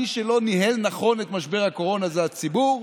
מי שלא ניהל נכון את משבר הקורונה זה הציבור,